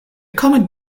comet